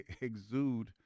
exude